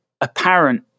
apparent